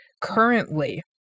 Currently